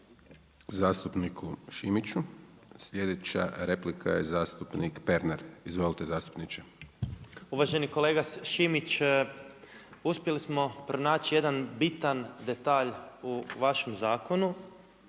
Uvaženi kolega Šimić, uspjeli smo pronaći jedan bitan detalj u vašem zakonu,